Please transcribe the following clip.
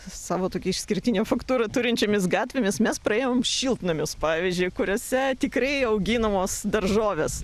savo tokią išskirtinę faktūrą turinčiomis gatvėmis mes praėjom šiltnamius pavyzdžiui kuriuose tikrai auginamos daržovės